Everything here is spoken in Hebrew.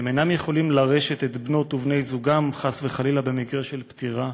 הם אינם יכולים לרשת את בנות ובני זוגם במקרה של פטירה,